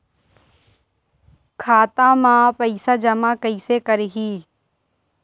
खाता म पईसा जमा कइसे करही?